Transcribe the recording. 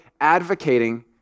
advocating